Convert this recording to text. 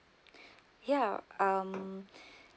ya um